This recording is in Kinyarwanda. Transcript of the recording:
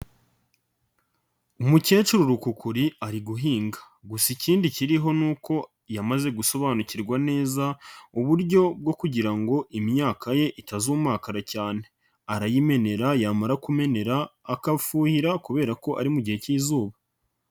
Umukecuru rukukuri ari guhinga gusa ikindi kiriho nuko yamaze gusobanukirwa neza uburyo bwo kugira ngo imyaka ye itazumakara cyane. Arayimenera yamara kuyimenera, akafuhira kubera ko ari mu gihe k'izuba.